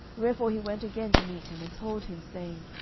wherefore he went again to meet him, and told him, saying,